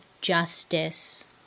Justice